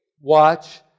watch